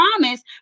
promise